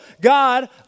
God